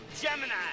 Gemini